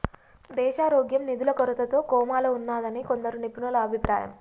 దేశారోగ్యం నిధుల కొరతతో కోమాలో ఉన్నాదని కొందరు నిపుణుల అభిప్రాయం